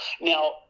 Now